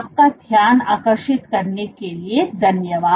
आपका ध्यान आकर्षित करने के लिए धन्यवाद